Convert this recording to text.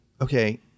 okay